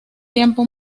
tiempo